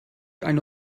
eine